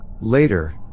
Later